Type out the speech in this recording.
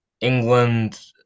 England